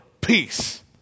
peace